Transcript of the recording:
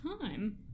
time